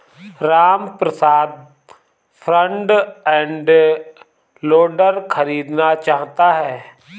Ramprasad front end loader खरीदना चाहता है